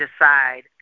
decide